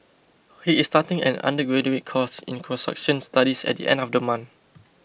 he is starting an undergraduate course in construction studies at the end of the month